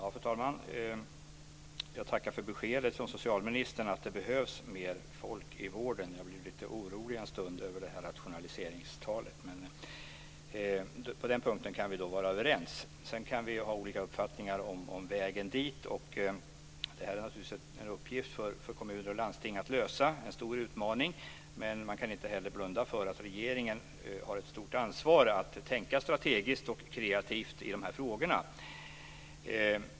Fru talman! Jag tackar för beskedet från socialministern att det behövs mer folk i vården. Jag blev lite orolig en stund över det här rationaliseringstalet. På den punkten kan vi vara överens. Sedan kan vi ha olika uppfattningar om vägen dit. Det är en uppgift för kommuner och landsting att lösa. Det är en stor utmaning. Men man kan inte heller blunda för att regeringen har ett stort ansvar att tänka strategiskt och kreativt i de här frågorna.